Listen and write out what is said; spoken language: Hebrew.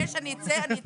אם תבקש שאני אצא אני אצא.